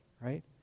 right